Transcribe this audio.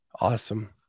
Awesome